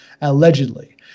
Allegedly